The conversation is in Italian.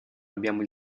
abbiamo